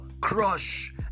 crush